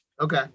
Okay